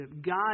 God